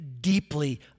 deeply